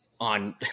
on